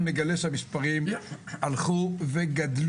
נגלה שהמספרים של האלימות ברשתות החברתיות הלכו וגדלו.